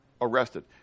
arrested